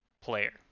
player